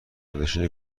نشین